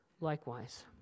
likewise